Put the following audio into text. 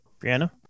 Brianna